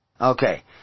Okay